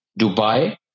Dubai